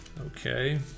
Okay